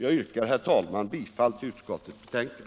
Jag yrkar bifall till utskottets hemställan.